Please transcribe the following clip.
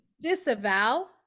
Disavow